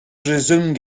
resume